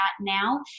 now